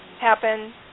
happen